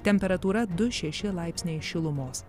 temperatūra du šeši laipsniai šilumos